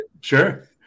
Sure